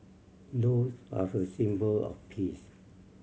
doves are a symbol of peace